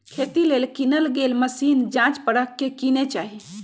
खेती लेल किनल गेल मशीन जाच परख के किने चाहि